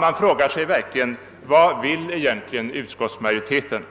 Man frågar sig verkligen: Vad vill egentligen utskottsmajoriteten?